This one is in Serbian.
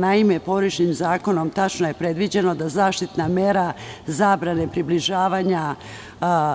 Naime, porodičnim zakonom tačno je predviđeno da zaštitna mera zabrane približivanja